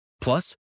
Plus